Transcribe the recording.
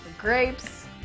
grapes